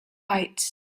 heights